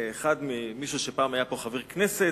ומי שפעם היה פה חבר הכנסת: